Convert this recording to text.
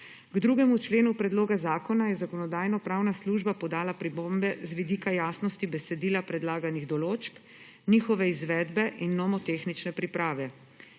K 2. členu predloga zakona je Zakonodajno-pravna služba podala pripombe z vidika jasnosti besedila predlaganih določb, njihove izvedbe in nomotehnične priprave.